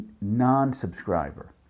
non-subscriber